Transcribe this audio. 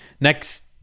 next